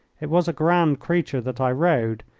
it was a grand creature that i rode,